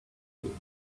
you